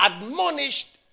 admonished